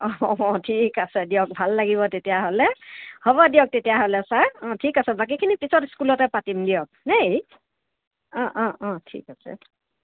অঁ ঠিক আছে দিয়ক ভাল লাগিব তেতিয়াহ'লে হ'ব দিয়ক তেতিয়া হ'লে ছাৰ অঁ ঠিক আছে বাকীখিনি পিছত স্কুলতে পাতিম দিয়ক দেই অঁ অঁ অঁ ঠিক আছে